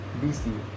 BC